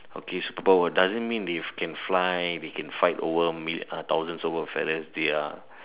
okay superpower doesn't mean they can fly they can fight over mil thousands over fellas they are